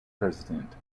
president